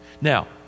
Now